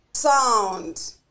sound